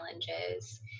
challenges